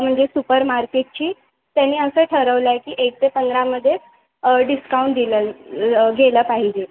म्हणजे सुपर मार्केटची त्यांनी असं ठरवलं आहे की एक ते पंधरामध्येच डिस्काउंट दिलं गेलं पाहिजे